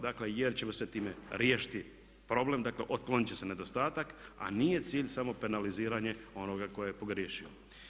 Dakle, jer ćemo se time riješiti problema, dakle otklonit će se nedostatak a nije cilj samo penaliziranje onoga tko je pogriješio.